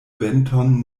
venton